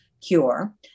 cure